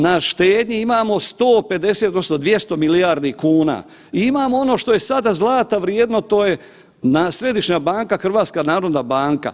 Na štednji imamo 150 odnosno 200 milijardi kuna i imamo ono što je sada zlata vrijedno, to je središnja banka, HNB.